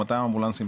200 אמבולנסים,